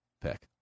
pick